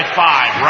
five